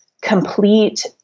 complete